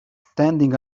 standing